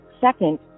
second